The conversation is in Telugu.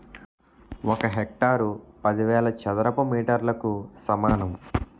ఒక హెక్టారు పదివేల చదరపు మీటర్లకు సమానం